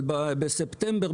אבל בספטמבר,